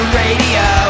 radio